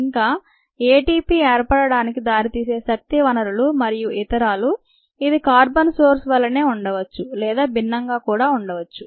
ఇంకా ఎటిపి ఏర్పడటానికి దారితీసే శక్తి వనరులు మరియు ఇతరాలు ఇది కార్బన్ సోర్సు వలే నే ఉండవచ్చు లేదా విభిన్నంగా కూడా ఉండవచ్చు